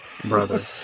Brother